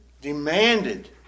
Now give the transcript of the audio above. demanded